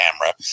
camera